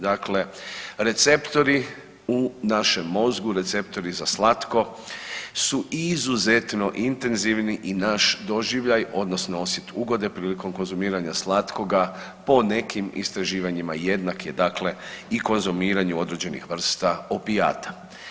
Dakle, receptori u našem mozgu, receptori za slatko su izuzetno intenzivni i naš doživljaj, odnosno osjet ugode prilikom konzumiranja slatkoga po nekim istraživanjima jednak je dakle i konzumiranju određenih vrsta opijata.